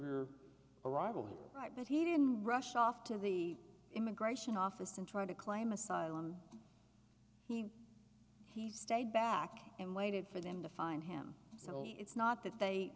right but he didn't rush off to the immigration office and try to claim asylum he stayed back and waited for them to find him so it's not that they